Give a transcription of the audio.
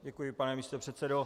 Děkuji, pane místopředsedo.